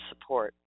support